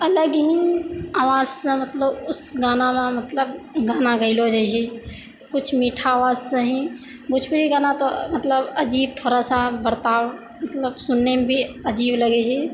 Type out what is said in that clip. अलग ही आवाजसँ मतलब उस गानामे मतलब गाना गाइलो जाइ छै कुछ मीठा आवाजसँ ही भोजपूरी गाना तऽ मतलब अजीब थोड़ा सा बर्ताव मतलब सुननेमे भी अजीब लगै छै